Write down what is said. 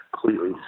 completely